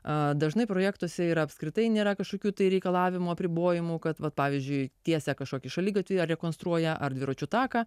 dažnai projektuose ir apskritai nėra kažkokių tai reikalavimų apribojimų kad vat pavyzdžiui tiesa kažkokį šaligatvį rekonstruoja ar dviračių taką